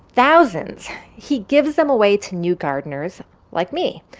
thousands he gives them away to new gardeners like me.